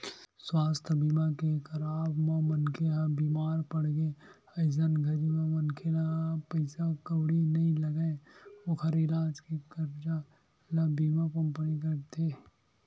सुवास्थ बीमा के कराब म मनखे ह बीमार पड़गे अइसन घरी म मनखे ला पइसा कउड़ी नइ लगय ओखर इलाज के खरचा ल बीमा कंपनी करथे